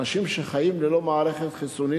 אנשים שחיים ללא מערכת חיסון,